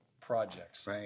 projects